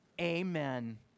Amen